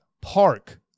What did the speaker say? Park